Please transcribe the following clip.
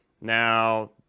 Now